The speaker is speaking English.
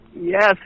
Yes